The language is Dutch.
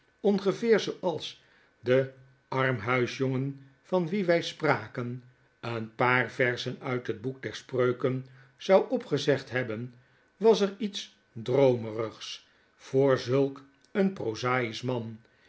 ongeveer zooals de armhuisjongen van wien wy spraken een paar verzen uit het boek der spreuken zou opgezegd hebben was er iets droomerigs voor zulk een prozaisch man